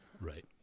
right